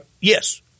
yes